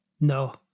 No